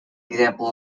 example